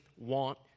want